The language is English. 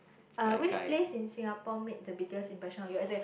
uh which place in Singapore make the biggest impression on you as in